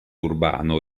urbano